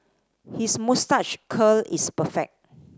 his moustache curl is perfect